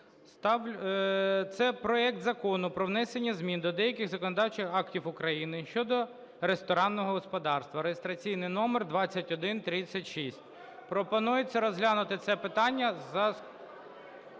Це проект Закону про внесення змін до деяких законодавчих актів України (щодо ресторанного господарства) (реєстраційний номер 2136). Пропонується розглянути це питання за